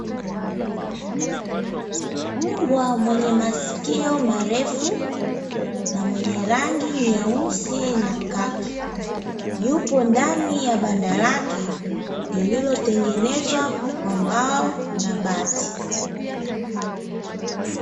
Mbwa mwenye masikio marefu na mwenye rangi nyeusi na kaki, yupo ndani ya banda lake lililotengenezwa kwa mbao na bati.